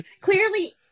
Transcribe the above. clearly